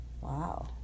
wow